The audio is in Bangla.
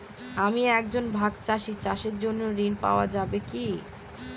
আমি একজন ভাগ চাষি চাষের জন্য ঋণ পাওয়া যাবে কি?